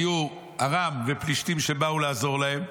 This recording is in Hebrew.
היו ארם ופלישתים שבאו לעזור להם,